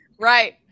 Right